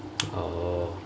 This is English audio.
oh